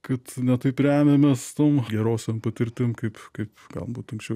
kad ne taip remiamės tom gerosiom patirtim kaip kaip galbūt anksčiau